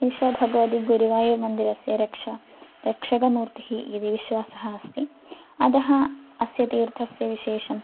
एषा भगवती गुरुवायुर् मन्दिरस्य रक्षा रक्षकमूर्तिः इति विश्वासः अस्ति अतः अस्य तीर्थस्य विशेषं